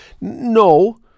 No